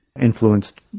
influenced